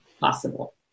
possible